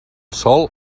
sòl